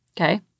okay